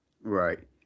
Right